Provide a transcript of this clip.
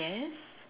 yes